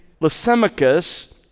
Lysimachus